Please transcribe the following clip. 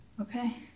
Okay